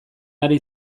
ari